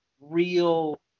real